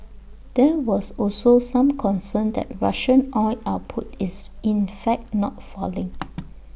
there was also some concern that Russian oil output is in fact not falling